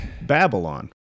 Babylon